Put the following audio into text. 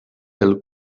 del